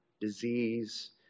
disease